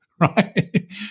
right